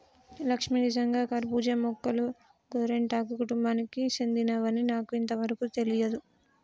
లక్ష్మీ నిజంగా కర్బూజా మొక్కలు గోరింటాకు కుటుంబానికి సెందినవని నాకు ఇంతవరకు తెలియదు